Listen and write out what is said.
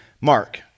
Mark